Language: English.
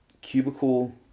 cubicle